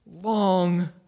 long